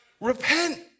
Repent